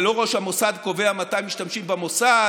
לא ראש המוסד קובע מתי משתמשים במוסד